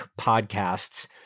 podcasts